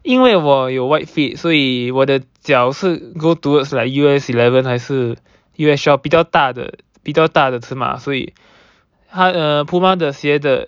因为我有 wide feet 所以我的脚是 go towards like U_S eleven 还是 U_S twelve 比较大的比较大的尺码所以它的 Puma 的鞋的